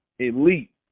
Elite